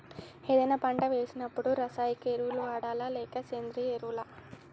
ఏదైనా పంట వేసినప్పుడు రసాయనిక ఎరువులు వాడాలా? లేక సేంద్రీయ ఎరవులా?